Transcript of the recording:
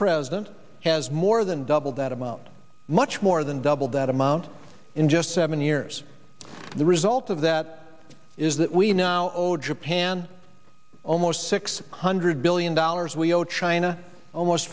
president has more than double that amount much more than double that amount in just seven years the result of that is that we now owed japan almost six hundred billion dollars we owe china almost